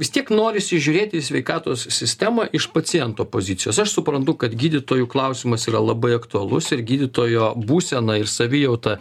vis tiek norisi žiūrėti į sveikatos sistemą iš paciento pozicijos aš suprantu kad gydytojų klausimas yra labai aktualus ir gydytojo būsena ir savijauta